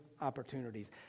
opportunities